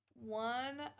one